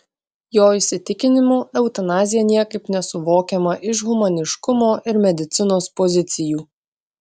jo įsitikinimu eutanazija niekaip nesuvokiama iš humaniškumo ir medicinos pozicijų